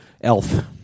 Elf